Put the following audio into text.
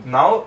Now